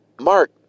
Mark